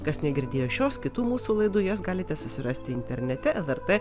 kas negirdėjo šios kitų mūsų laidų jas galite susirasti internete lrt